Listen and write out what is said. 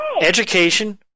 education